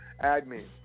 admin